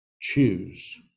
Choose